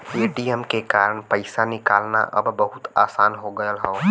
ATM के कारन पइसा निकालना अब बहुत आसान हो गयल हौ